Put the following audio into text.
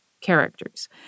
characters